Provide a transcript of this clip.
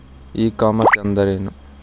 E commerce ಅಂದ್ರೇನು?